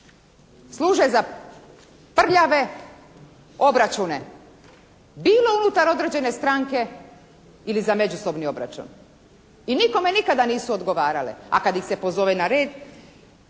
Služe za prljave obračune bilo unutar određene stranke ili za međusobni obračun. I nikome nikada nisu odgovarale. A kad ih se pozove na red